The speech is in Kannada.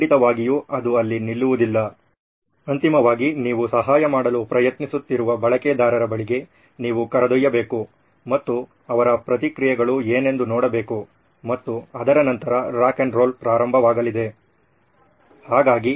ಖಂಡಿತವಾಗಿಯೂ ಅದು ಅಲ್ಲಿ ನಿಲ್ಲುವುದಿಲ್ಲ ಅಂತಿಮವಾಗಿ ನೀವು ಸಹಾಯ ಮಾಡಲು ಪ್ರಯತ್ನಿಸುತ್ತಿರುವ ಬಳಕೆದಾರರ ಬಳಿಗೆ ನೀವು ಕರೆದೊಯ್ಯಬೇಕು ಮತ್ತು ಅವರ ಪ್ರತಿಕ್ರಿಯೆಗಳು ಏನೆಂದು ನೋಡಬೇಕು ಮತ್ತು ಅದರ ನಂತರ rock 'N' roll rock 'n' roll begin ಪ್ರಾರಂಭವಾಗಲಿದೆ